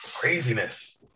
Craziness